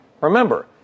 Remember